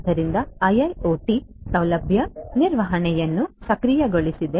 ಆದ್ದರಿಂದ ಐಐಒಟಿIIoT ಸೌಲಭ್ಯ ನಿರ್ವಹಣೆಯನ್ನು ಸಕ್ರಿಯಗೊಳಿಸಿದೆ